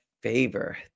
favor